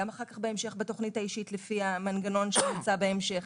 גם בהמשך בתכנית האישית לפי המנגנון שנמצא בהמשך,